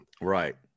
Right